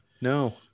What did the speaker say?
No